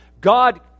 God